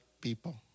people